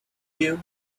you